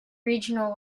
regional